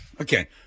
Okay